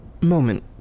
moment